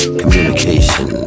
communication